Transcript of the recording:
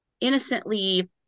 innocently